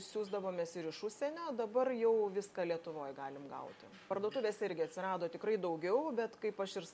siųsdavomės ir iš užsienio dabar jau viską lietuvoj galim gauti parduotuvėse irgi atsirado tikrai daugiau bet kaip aš ir s